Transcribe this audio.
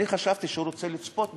חשבתי שהוא רוצה לצפות בהם.